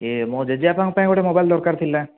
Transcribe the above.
ୟେ ମୋ ଜେଜେବାପାଙ୍କ ପାଇଁ ଗୋଟେ ମୋବାଇଲ୍ ଦରକାର ଥିଲା